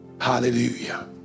Hallelujah